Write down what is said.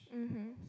mmhmm